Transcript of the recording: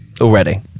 already